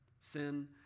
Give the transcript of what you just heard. Sin